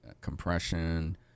compression